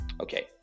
Okay